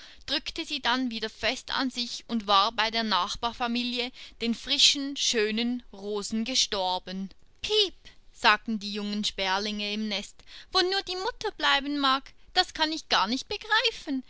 drückte sie dann wieder fest an sich und war bei der nachbarfamilie den frischen schönen rosen gestorben piep sagten die jungen sperlinge im neste wo nur die mutter bleiben mag das kann ich gar nicht begreifen